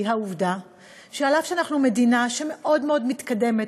העובדה שאף שאנחנו מדינה מאוד מאוד מתקדמת